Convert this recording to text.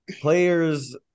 Players